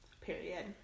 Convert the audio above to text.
Period